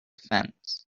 fence